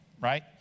right